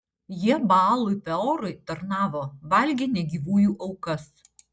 jie baalui peorui tarnavo valgė negyvųjų aukas